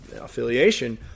affiliation